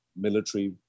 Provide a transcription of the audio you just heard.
military